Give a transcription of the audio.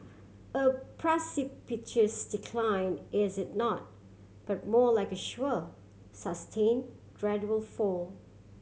a precipitous decline is it not but more like a sure sustain gradual fall